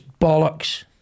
bollocks